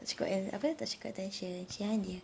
tak cukup apa tak cukup attention kesian dia